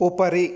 उपरि